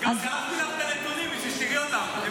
גם שלחתי לך את הנתונים, בשביל שתראי אותם.